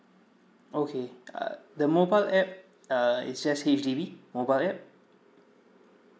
okay err the mobile app uh is just H_D_B mobile app